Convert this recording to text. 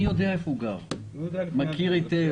אני יודע איפה הוא גר, מכיר היטב.